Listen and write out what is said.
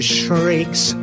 shrieks